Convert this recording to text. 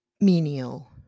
menial